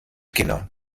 kinder